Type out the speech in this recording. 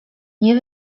nie